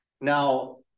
Now